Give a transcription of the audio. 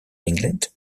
england